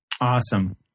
Awesome